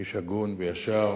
איש הגון וישר.